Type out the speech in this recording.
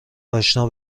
اشنا